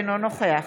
אינו נוכח